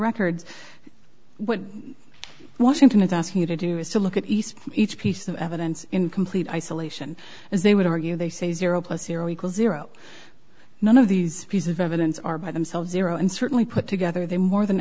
records what washington is asking you to do is to look at least each piece of evidence in complete isolation as they would argue they say zero plus zero equals zero none of these pieces of evidence are by themselves here and certainly put together they more than